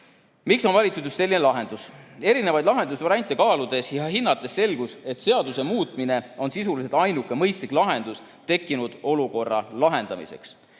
Miks on valitud just selline lahendus? Erinevaid lahendusvariante kaaludes ja hinnates selgus, et seaduse muutmine on sisuliselt ainuke mõistlik lahendus tekkinud olukorra lahendamiseks.